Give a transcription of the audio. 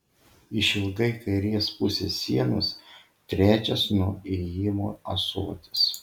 išilgai kairės pusės sienos trečias nuo įėjimo ąsotis